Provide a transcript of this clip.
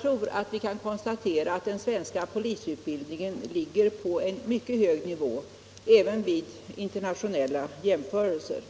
tror jag att vi kan konstatera att den svenska polisutbildningen ligger på en mycket hög nivå även vid internationella jämförelser.